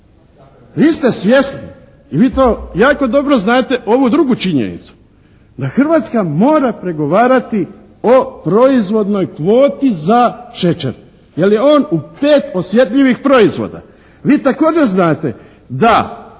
vi ste svjesni i vi to jako dobro znate ovu drugu činjenicu da Hrvatska mora pregovarati o proizvodnoj kvoti za šećer. Jer je on u 5 osjetljivih proizvoda. Vi također znate da